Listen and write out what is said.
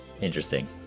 interesting